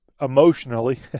emotionally